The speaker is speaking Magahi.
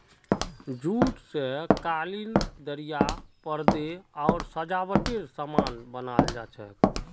जूट स कालीन दरियाँ परदे आर सजावटेर सामान बनाल जा छेक